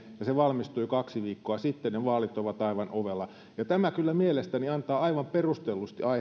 se valmistui kaksi viikkoa sitten ja vaalit ovat aivan ovella tämä kyllä mielestäni antaa aivan perustellusti aiheen